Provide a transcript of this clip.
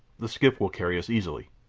the skiff will carry us easily.